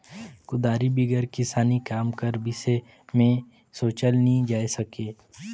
कुदारी बिगर किसानी काम कर बिसे मे सोचल नी जाए सके